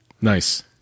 Nice